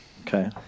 Okay